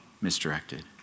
misdirected